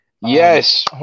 Yes